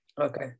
okay